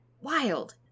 wild